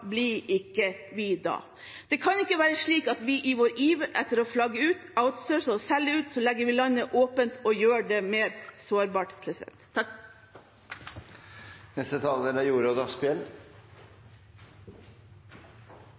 blir vi ikke da? Det kan ikke være slik at vi i vår iver etter å flagge ut, outsource og selge legger landet åpent og gjør det mer sårbart.